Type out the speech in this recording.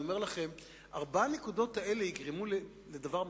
אני אומר לכם שארבע הנקודות האלה יגרמו לדבר מדהים,